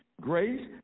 grace